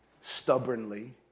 stubbornly